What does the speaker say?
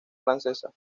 francesa